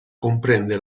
comprende